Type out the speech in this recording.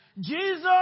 Jesus